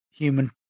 human